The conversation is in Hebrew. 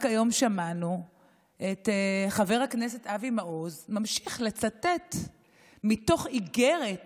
רק היום שמענו את חבר הכנסת אבי מעוז ממשיך לצטט מתוך איגרת